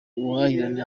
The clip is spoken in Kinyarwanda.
ubuhahirane